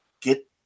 get